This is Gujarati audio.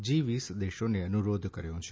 જી વીસ દેશોને અનુરોધ કર્યો છે